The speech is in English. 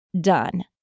done